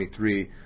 23